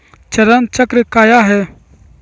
चरण चक्र काया है?